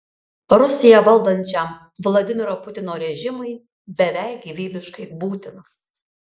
rusiją valdančiam vladimiro putino režimui beveik gyvybiškai būtinas